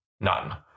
None